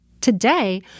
today